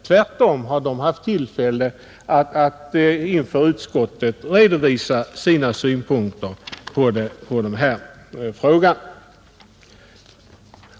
Tvärtom har de haft tillfälle att inför utskottet redovisa sina synpunkter på den här frågan.